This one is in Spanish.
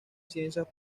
ciencias